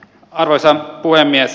arvoisa puhemies